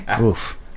oof